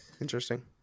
Interesting